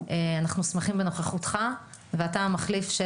בוקר טוב.